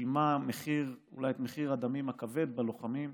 שילמה מחיר, אולי את מחיר הדמים הכבד, בלוחמים,